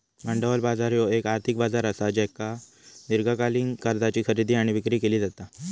भांडवल बाजार ह्यो येक आर्थिक बाजार असा ज्येच्यात दीर्घकालीन कर्जाची खरेदी आणि विक्री केली जाता